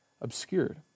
obscured